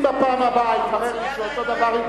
אם בפעם הבאה יתברר לי שאותו דבר,